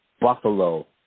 Buffalo